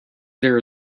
there